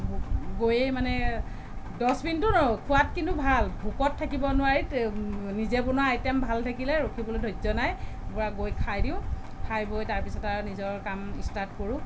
গৈয়ে মানে দহ মিনিটো নৰওঁ খোৱাত কিন্তু ভাল ভোকত থাকিব নোৱাৰি নিজে বনোৱা আইটেম ভাল থাকিলে ৰখিবলৈ ধৈৰ্য্য নাই পূৰা গৈ খাই দিওঁ খাই বৈ তাৰ পিছত আৰু নিজৰ কাম ষ্টাৰ্ট কৰোঁ